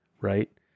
right